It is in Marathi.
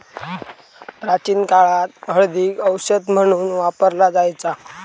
प्राचीन काळात हळदीक औषध म्हणून वापरला जायचा